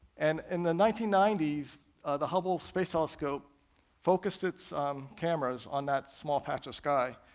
and in the nineteen ninety s the hubble space telescope focused its cameras on that small patch of sky,